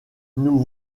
nous